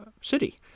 city